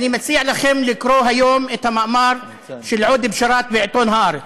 אני מציע לכם לקרוא היום את המאמר של עודה בשאראת בעיתון "הארץ",